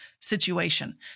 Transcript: situation